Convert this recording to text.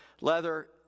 leather